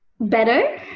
Better